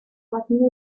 gotten